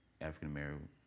African-American